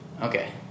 Okay